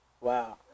Wow